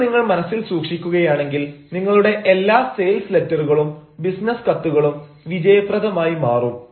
ഇത് നിങ്ങൾ മനസ്സിൽ സൂക്ഷിക്കുകയാണെങ്കിൽ നിങ്ങളുടെ എല്ലാ സെയിൽസ് ലൈറ്റുകളും ബിസിനസ് കത്തുകളും വിജയപ്രദമായി മാറും